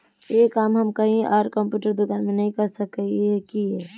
ये काम हम कहीं आर कंप्यूटर दुकान में नहीं कर सके हीये?